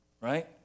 Right